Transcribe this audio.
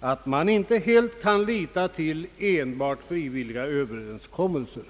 att man inte helt kan lita till enbart frivilliga överenskommelser.